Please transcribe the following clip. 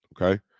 okay